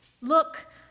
Look